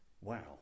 Wow